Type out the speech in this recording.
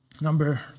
Number